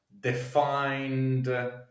defined